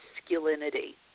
masculinity